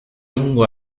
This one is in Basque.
egungo